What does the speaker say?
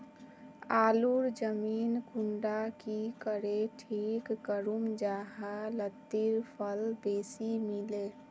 आलूर जमीन कुंडा की करे ठीक करूम जाहा लात्तिर फल बेसी मिले?